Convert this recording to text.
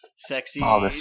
Sexy